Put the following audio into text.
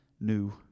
new